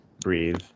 Breathe